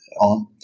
on